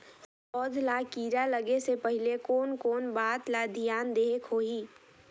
पौध ला कीरा लगे से पहले कोन कोन बात ला धियान देहेक होही?